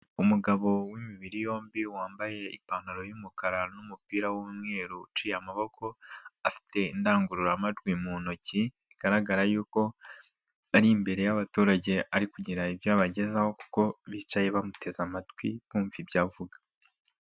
Umugabo w'imibiri yombi wambaye ipantaro y'umukara n'umupira w'umweru uciye amaboko, afite indangururamajwi mu ntoki bigaragara yuko ari imbere y'abaturage ari kugira ibyo abagezaho kuko bicaye bamuteze amatwi bumva ibyo avuga.